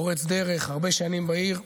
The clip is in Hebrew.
פורץ דרך, הרבה שנים בעיר.